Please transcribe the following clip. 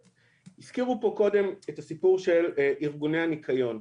הזכירו פה קודם את הסיפור של ארגוני הניקיון.